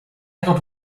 got